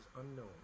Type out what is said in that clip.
unknown